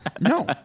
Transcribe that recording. No